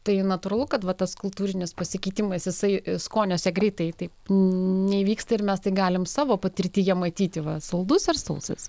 tai natūralu kad va tas kultūrinis pasikeitimas jisai skoniuose greitai taip neįvyksta ir mes tik galim savo patirtyje matyti va saldus ar sausas